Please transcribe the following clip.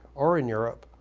or in europe,